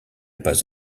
pas